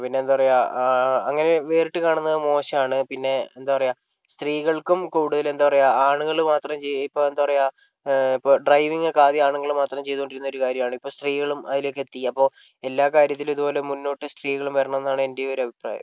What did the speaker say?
പിന്നെ എന്താ പറയുക അങ്ങനെ വേറിട്ട് കാണുന്നത് മോശമാണ് പിന്നെ എന്താ പറയുക സ്ത്രീകൾക്കും കൂടുതൽ എന്താ പറയുക ആണുങ്ങൾ മാത്രം ചീ ഇപ്പോൾ എന്താ പറയുക ഇപ്പോൾ ഡ്രൈവിംഗ് ഒക്കെ ആദ്യം ആണുങ്ങൾ മാത്രം ചെയ്തു കൊണ്ട് ഇരുന്ന ഒരു കാര്യമാണ് ഇപ്പം സ്ത്രീകളും അതിലേക്ക് എത്തി അപ്പോൾ എല്ലാ കാര്യത്തിലും ഇതുപോലെ മുൻപോട്ട് സ്ത്രീകളും വരണം എന്നാണ് എൻ്റെ ഒരു അഭിപ്രായം